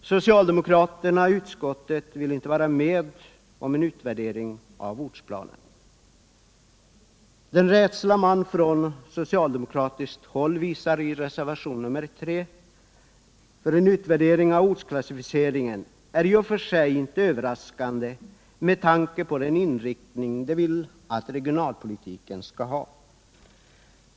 Socialdemokraterna i utskottet vill inte vara med om en utvärdering av ortsplanen. Den rädsla som socialdemokraterna i reservationen 3 har visat för en utvärdering av ortsklassificeringen är i och för sig inte överraskande med tanke på den inriktning de vill att regionalpolitiken skall ha.